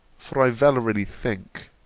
for i verily think,